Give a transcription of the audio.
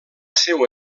seua